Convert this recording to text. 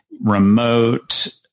remote